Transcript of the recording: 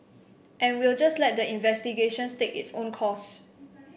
and we'll just let the investigations take its own course